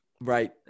Right